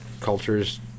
cultures